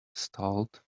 stalled